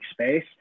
space